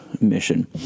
mission